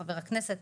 חבר הכנסת,